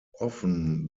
often